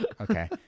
Okay